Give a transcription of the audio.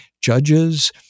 judges